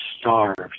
starved